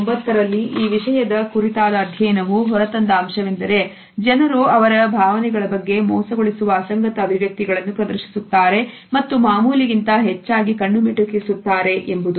2008 ರಲ್ಲಿ ಈ ವಿಷಯದ ಕುರಿತಾದ ಅಧ್ಯಯನವು ಹೊರತಂದ ಅಂಶವೆಂದರೆ ಜನರು ಅವರ ಭಾವನೆಗಳ ಬಗ್ಗೆ ಮೋಸಗೊಳಿಸುವ ಅಸಂಗತ ಅಭಿವ್ಯಕ್ತಿಗಳನ್ನು ಪ್ರದರ್ಶಿಸುತ್ತಾರೆ ಮತ್ತು ಮಾಮೂಲಿಗಿಂತ ಹೆಚ್ಚಾಗಿ ಕಣ್ಣು ಮಿಟುಕಿಸುತ್ತಾರೆ ಎಂಬುದು